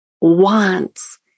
wants